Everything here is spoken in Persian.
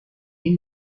این